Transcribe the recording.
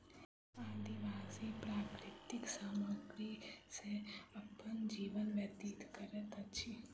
आदिवासी प्राकृतिक सामग्री सॅ अपन जीवन व्यतीत करैत अछि